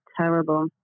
terrible